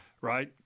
Right